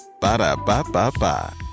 Ba-da-ba-ba-ba